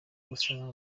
gusana